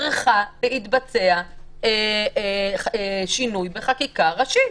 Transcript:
צריך להתבצע שינוי בחקיקה ראשית.